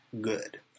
good